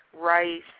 rice